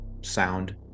sound